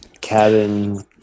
cabin